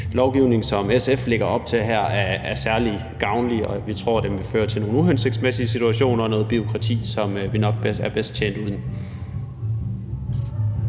lovgivning, som SF lægger op til her, er særlig gavnlig, og vi tror, den vil føre til nogle uhensigtsmæssige situationer og noget bureaukrati, som vi nok er bedst tjent uden.